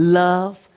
love